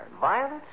Violence